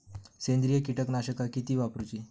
सेंद्रिय कीटकनाशका किती वापरूची?